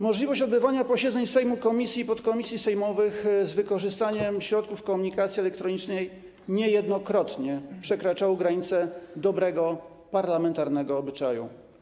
Możliwość odbywania posiedzeń Sejmu, komisji i podkomisji sejmowych z wykorzystaniem środków komunikacji elektronicznej niejednokrotnie przekraczała granice dobrego parlamentarnego obyczaju.